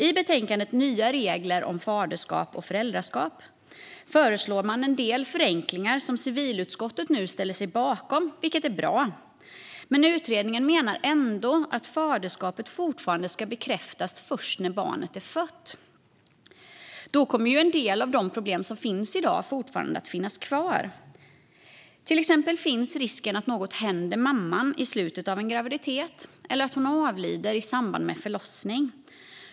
I betänkandet Nya regler om faderskap och föräldraskap föreslås en del förenklingar som civilutskottet nu ställer sig bakom, vilket är bra, men utredningen menar ändå att faderskapet fortfarande ska bekräftas först när barnet är fött. Då kommer en del av de problem som finns i dag fortfarande att finnas kvar. Till exempel finns risken att något händer mamman i slutet av en graviditet eller att hon avlider i samband med förlossning.